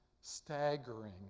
staggering